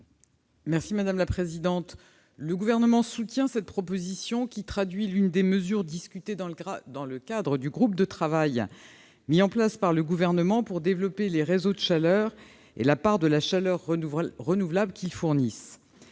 l'avis du Gouvernement ? Le Gouvernement soutient cette proposition, qui traduit l'une des mesures discutées dans le cadre du groupe de travail que nous avons mis en place pour développer les réseaux de chaleur et la part de la chaleur renouvelable qu'ils fournissent.